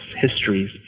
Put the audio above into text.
histories